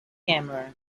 camera